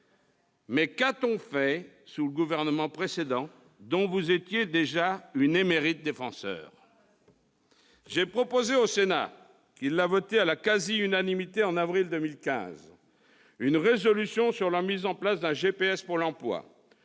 Mais qu'a-t-on fait sous le gouvernement précédent, dont vous étiez déjà une émérite défenseure ? Pas assez ! J'ai proposé au Sénat, qui l'a votée à la quasi-unanimité en avril 2015, une résolution sur la mise en place d'un GPS pour l'emploi